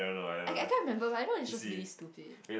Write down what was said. I I can't remember but the other one was just really stupid